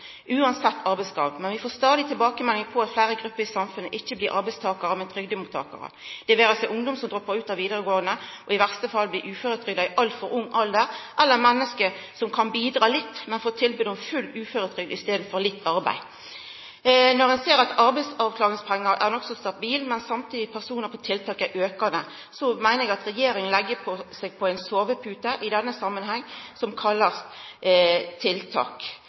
uansett arbeidsgrad, men vi får stadig tilbakemeldingar på at fleire grupper i samfunnet ikkje blir arbeidstakarar, men trygdemottakarar, det vera seg ungdom som droppar ut av vidaregåande, i verste fall blir uføretrygda i altfor ung alder, eller menneske som kan bidra litt, men får tilbod om full uføretrygd i staden for litt arbeid. Når ein ser at utbetaling av arbeidsavklaringspengar er nokså stabilt, mens talet på personar på tiltak samtidig er aukande, meiner eg at regjeringa legg seg på ei sovepute i denne samanhengen som